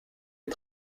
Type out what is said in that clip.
est